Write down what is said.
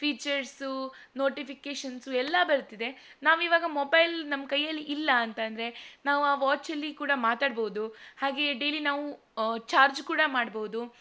features notifications ಎಲ್ಲ ಬರ್ತಿದೆ ನಾವು ಇವಾಗ ಮೊಬೈಲ್ ನಮ್ಮ ಕೈಯಲ್ಲಿ ಇಲ್ಲ ಅಂತಂದ್ರೆ ನಾವು ಆ ವಾಚಲ್ಲಿ ಕೂಡ ಮಾತಾಡಬೋದು ಹಾಗೆಯೇ ಡೈಲಿ ನಾವು ಚಾರ್ಜ್ ಕೂಡ ಮಾಡಬೋದು